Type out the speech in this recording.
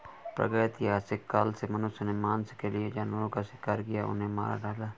प्रागैतिहासिक काल से मनुष्य ने मांस के लिए जानवरों का शिकार किया, उन्हें मार डाला